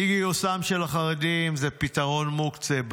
אי-גיוסם של החרדים זה פתרון מוקצה,